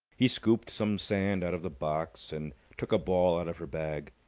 he scooped some sand out of the box, and took a ball out of her bag.